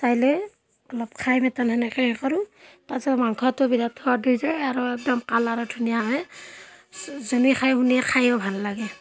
চাই লৈ অলপ খাই মেতন সেনেকৈ কৰোঁ তাৰ পাছত মাংসটো বিৰাট সোৱাদ হৈ যায় আৰু একদম কালাৰো ধুনীয়া হয় যোনে খাই সোনে খাইও ভাল লাগে